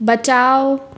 बचाओ